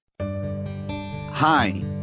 Hi